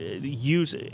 use